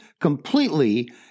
completely